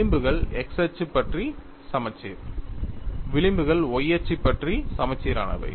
விளிம்புகள் x அச்சு பற்றி சமச்சீர் விளிம்புகள் y அச்சு பற்றி சமச்சீரானவை